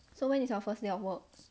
so when is our first day of work